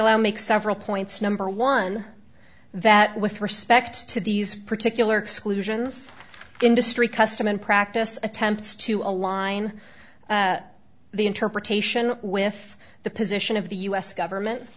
sekulow makes several points number one that with respect to these particular exclusions industry custom and practice attempts to align the interpretation with the position of the u s government